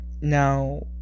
now